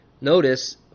Notice